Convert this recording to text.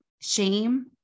shame